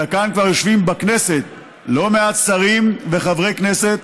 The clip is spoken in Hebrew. אלא כאן כבר יושבים בכנסת לא מעט שרים וחברי כנסת